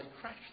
crash